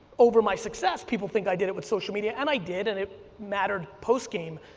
over my success people think i did it with social media and i did and it mattered post game,